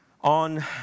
On